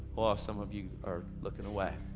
ah, some of you are looking away,